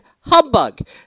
humbug